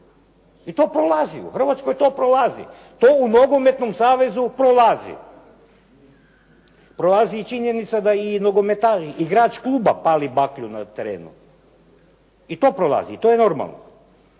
I to prolazi, u Hrvatskoj to prolazi. To u nogometnom savez prolazi. Prolazi i činjenica da i nogometaš, igrač kluba pali baklju na terenu. I to prolazi, to je normalno.